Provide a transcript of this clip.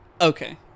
Okay